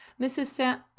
Mrs